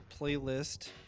playlist